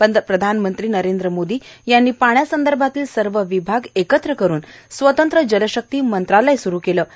पंतप्रधान नरेंद्र मोदी यांनी पाण्यासंदर्भातील सर्व विभाग एकत्र करुन स्वतंत्र जलशक्ती मंत्रालय स्रु केलं आहे